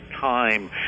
time